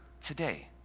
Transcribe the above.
today